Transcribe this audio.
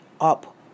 up